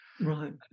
Right